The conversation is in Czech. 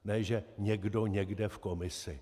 Ne že někdo někde v komisi.